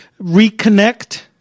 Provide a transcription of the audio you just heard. reconnect